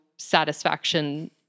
Satisfaction